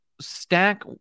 stack